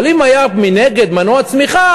אבל אם היה מנגד מנוע צמיחה,